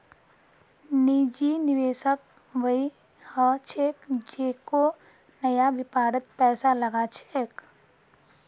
निजी निवेशक वई ह छेक जेको नया व्यापारत पैसा लगा छेक